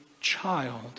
child